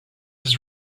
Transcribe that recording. his